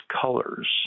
colors